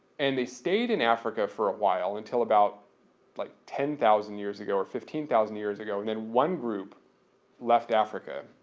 and they stayed in africa for a while until about like ten thousand years ago or fifteen thousand years ago and then one group left africa.